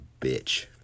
bitch